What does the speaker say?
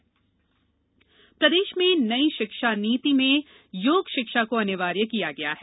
CM योग प्रदेश में नई शिक्षा नीति में योग शिक्षा को अनिवार्य किया गया है